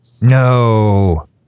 No